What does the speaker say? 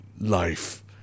life